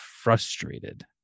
frustrated